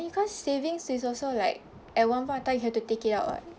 because savings is also like at one point of time you have to take it out [what]